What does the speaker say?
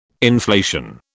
Inflation